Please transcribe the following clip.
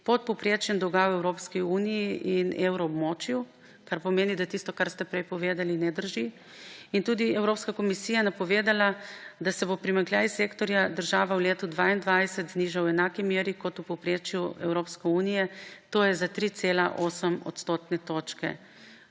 pod povprečjem dolga v Evropski uniji in evroobmočju, kar pomeni, da tisto, kar ste prej povedali, ne drži. Evropska komisija je napovedala tudi, da se bo primanjkljaj sektorja država v letu 2022 znižal v enaki meri kot v povprečju Evropske unije, to je za 3,8 odstotne točke,